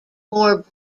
more